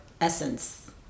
essence